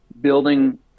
building